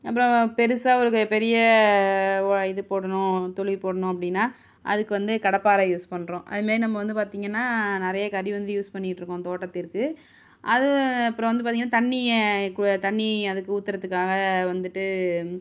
அப்புறம் பெரிசா ஒரு கை பெரிய வா இது போடணும் துளி போடணும் அப்படின்னா அதுக்கு வந்து கடப்பாறை யூஸ் பண்ணுறோம் அதுமாரி நம்ம வந்து பார்த்திங்கனா நிறைய கருவி வந்து யூஸ் பண்ணிட்ருக்கோம் தோட்டத்திற்கு அது அப்புறம் வந்து பார்த்திங்கனா தண்ணியை தண்ணி அதுக்கு ஊற்றுறதுக்காக வந்துட்டு